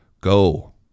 Go